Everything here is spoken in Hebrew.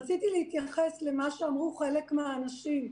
רציתי להתייחס למה שאמרו חלק מהאנשים.